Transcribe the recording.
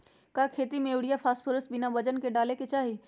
का खेती में यूरिया फास्फोरस बिना वजन के न डाले के चाहि?